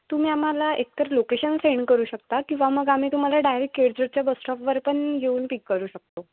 तुम्ही आम्हाला एकतर लोकेशन सेंड करू शकता किंवा मग आम्ही तुम्हाला डायरेक्ट केडजरच्या बसस्टॉपवर पण येऊन पिक करू शकतो